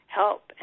help